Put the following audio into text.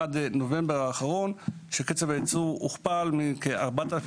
עד נובמבר האחרון קצב הייצור הוכפל מכ-4,000